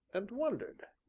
and wondered.